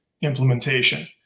implementation